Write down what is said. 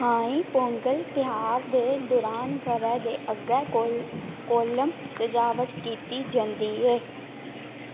Thai Pongal त्हार दे दरान बरै दे अग्गें कोल कोलम सजावट कीती जंदी ऐ